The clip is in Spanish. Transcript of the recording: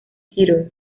theatre